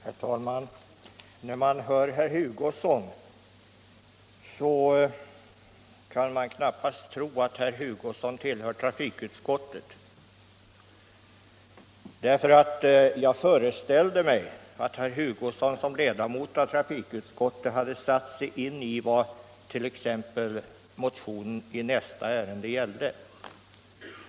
Herr talman! När man hör herr Hugosson kan man knappast tro att han tillhör trafikutskottet. Jag föreställde mig att herr Hugosson som ledamot av trafikutskottet hade satt sig in i vad motionen i nästa ärende gäller.